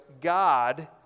God